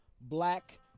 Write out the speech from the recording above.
black